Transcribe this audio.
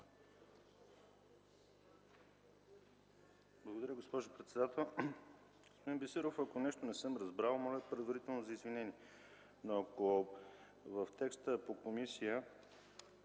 Благодаря, госпожо председател. Господин Бисеров, ако нещо не съм разбрал, моля предварително за извинение. Ако в текста по комисия